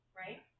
right